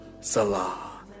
Salah